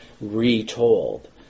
retold